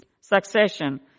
succession